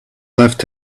left